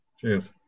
Cheers